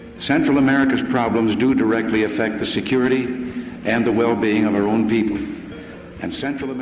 central america's problems do directly affect the security and the wellbeing of our own people and central um